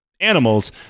animals